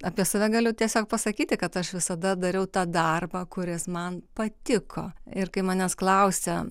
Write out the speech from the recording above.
apie save galiu tiesiog pasakyti kad aš visada dariau tą darbą kuris man patiko ir kai manęs klausia